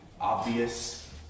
obvious